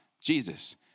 Jesus